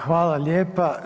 Hvala lijepa.